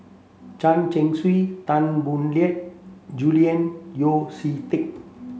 Chen Chong Swee Tan Boo Liat Julian Yeo See Teck